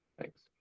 Thanks